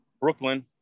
Brooklyn